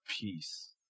Peace